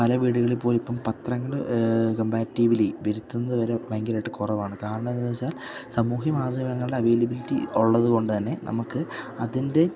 പല വീടുകളിൽ പോലും ഇപ്പം പത്രങ്ങള് കംപാരിറ്റീവിലി വരുത്തുന്നതു വരെ ഭയങ്കരമായിട്ട് കുറവാണ് കാരണമെന്താണെന്നുവെച്ചാൽ സാമൂഹിക മാധ്യമങ്ങളുടെ അവൈലബിലിറ്റി ഉള്ളതുകൊണ്ടുതന്നെ നമുക്ക് അതിൻ്റെ